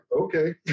okay